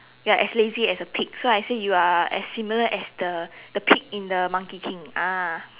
you are as lazy as a pig so I say you are as similar as the the pig in the monkey king ah